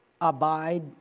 Abide